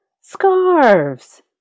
scarves